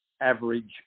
average